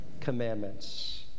commandments